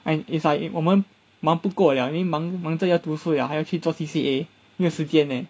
and if like if 我们忙不过了因为忙忙着要读书了还要去做 C_C_A 没有时间 leh